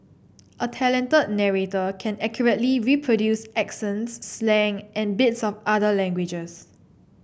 a talented narrator can accurately reproduce accents slang and bits of other languages